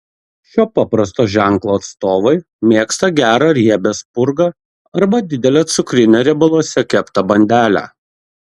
šio paprasto ženklo atstovai mėgsta gerą riebią spurgą arba didelę cukrinę riebaluose keptą bandelę